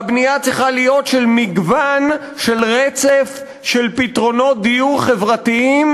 והבנייה צריכה להיות של מגוון של רצף פתרונות דיור חברתיים